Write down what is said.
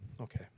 Okay